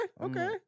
okay